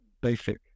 basic